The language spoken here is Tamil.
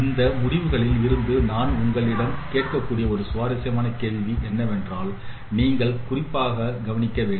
இந்த முடிவுகளில் இருந்து நான் உங்களிடம் கேட்கக்கூடிய ஒரு சுவாரஸ்யமான கேள்வி என்னவென்றால் நீங்கள் குறிப்பாக கவனிக்க வேண்டும்